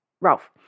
Ralph